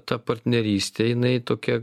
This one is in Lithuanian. ta partnerystė jinai tokia